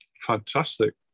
Fantastic